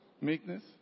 meekness